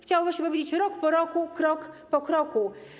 Chciałoby się powiedzieć: rok po roku, krok po kroku.